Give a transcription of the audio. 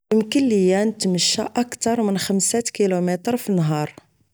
يمكن ليا نتمشى اكتر من خمسة كيلومتير فالنهار